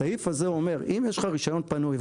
הסעיף הזה אומר אם יש לך רישיון פנוי,